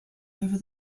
over